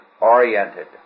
oriented